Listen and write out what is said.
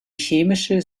chemische